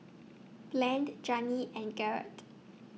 Blaine and Janine and Garett